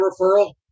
referral